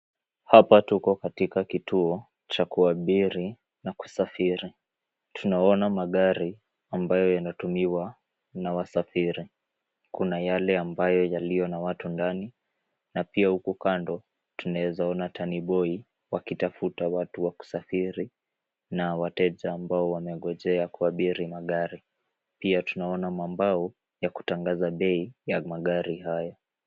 Hapa tuko katika kituo cha kuabiri na kusafiri. Tunaona magari ambayo yanatumiwa na wasafiri. Kuna yale ambayo yaliyo na watu ndani na pia huku kando tunawezaona taniboi wakitafuta watu wa kusafiri na wateja ambao wamengojea kuabiri magari. Pia tunaona mambao ya kutangaza bei ya magari haya.